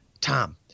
Tom